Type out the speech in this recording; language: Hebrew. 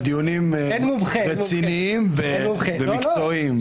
דיונים רציניים ומקצועיים.